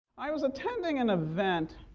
i was attending an event